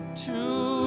true